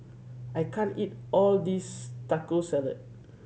I can't eat all this Taco Salad